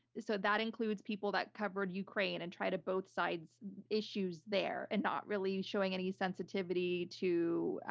so that includes people that covered ukraine and tried to both sides issues there and not really showing any sensitivity to,